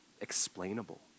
explainable